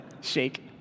Shake